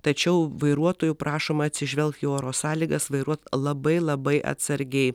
tačiau vairuotojų prašoma atsižvelgt į oro sąlygas vairuot labai labai atsargiai